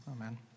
Amen